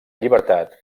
llibertat